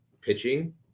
pitching